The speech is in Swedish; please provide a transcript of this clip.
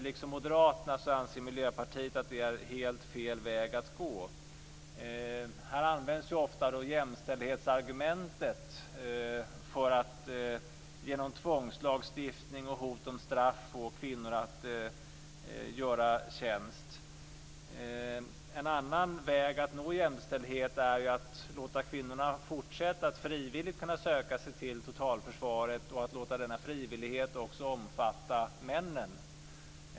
Liksom moderaterna anser Miljöpartiet att det är helt fel väg att gå. Här används ofta jämställdhetsargumentet för att genom tvångslagstiftning och hot om straff få kvinnor att göra tjänst. En annan väg att nå jämställdhet är att låta kvinnorna fortsätta att frivilligt söka sig till totalförsvaret och att låta denna frivillighet också omfatta männen.